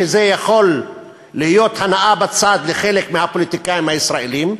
שזה יכול להיות הנאה בצד לחלק מהפוליטיקאים הישראלים,